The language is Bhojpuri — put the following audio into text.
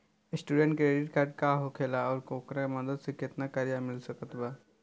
स्टूडेंट क्रेडिट कार्ड का होखेला और ओकरा मदद से केतना कर्जा मिल सकत बा?